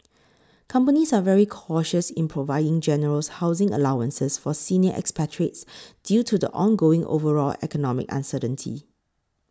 companies are very cautious in providing generous housing allowances for senior expatriates due to the ongoing overall economic uncertainty